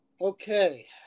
Okay